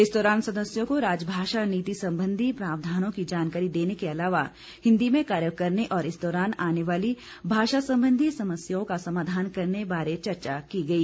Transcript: इस दौरान सदस्यों को राजभाषा नीति संबंधी प्रावधानों की जानकारी देने के अलावा हिंदी में कार्य करने और इस दौरान आने वाली भाषा संबंधी समस्याओं का समाधान करने बारे चर्चा की गई